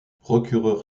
procureur